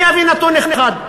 אני אביא נתון אחד.